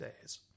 days